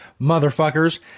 motherfuckers